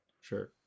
sure